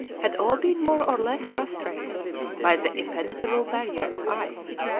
had all been more or less frustrated by the impenetrable barrier of ice,